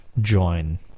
join